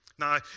Now